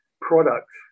products